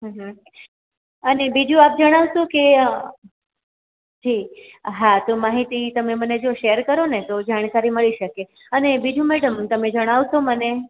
હમ હમ અને બીજું આપ જણાવશો કે જી હા તો માહિતી તમે મને જો શેર કરો ને તો જાણકારી મળી શકે અને બીજું મેડમ તમે જણાવશો મને